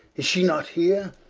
is she not heere?